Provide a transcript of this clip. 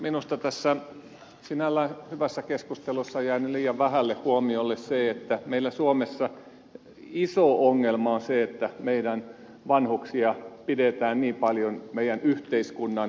minusta tässä sinällään hyvässä keskustelussa on jäänyt liian vähälle huomiolle se että meillä suomessa iso ongelma on se että meidän vanhuksia pidetään niin paljon yhteiskunnan ulkopuolella